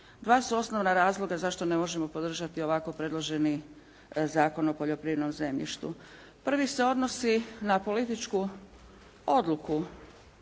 Dva su osnovna razloga zašto ne možemo podržati ovako predloženi Zakon o poljoprivrednom zemljištu. Prvi se odnosi na političku odluku